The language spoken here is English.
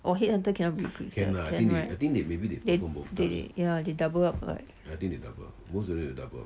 or head hunter cannot be recruiter can right they they they double up right